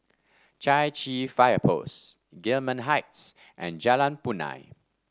Chai Chee Fire Post Gillman Heights and Jalan Punai